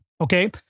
okay